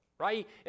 right